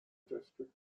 district